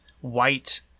white